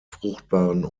fruchtbaren